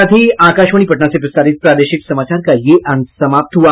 इसके साथ ही आकाशवाणी पटना से प्रसारित प्रादेशिक समाचार का ये अंक समाप्त हुआ